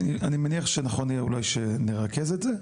אני מניח שאולי יהיה נכון שנרכז את זה?